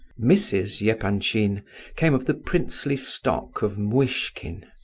mrs. yeah epanchin came of the princely stock of muishkin,